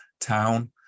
town